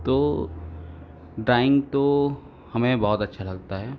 तो ड्राइंग तो हमें बहुत अच्छा लगता है